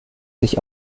sich